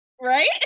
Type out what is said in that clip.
right